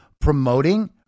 promoting